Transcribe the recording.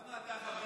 למה אתה "חבר